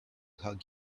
hug